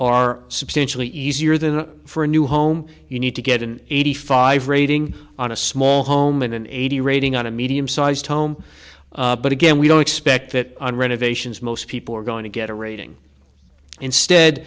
are substantially easier than for a new home you need to get an eighty five rating on a small home in an eighty rating on a medium sized home but again we don't expect that on renovations most people are going to get a rating instead